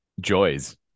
joys